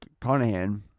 Conahan